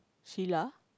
Sheila